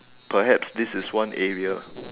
perhaps this is one area